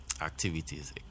activities